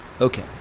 Okay